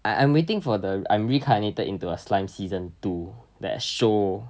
I am waiting for the I'm reincarnated into a slime season two that show